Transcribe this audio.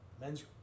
men's